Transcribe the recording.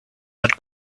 not